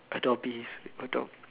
Adobe adob~